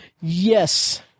Yes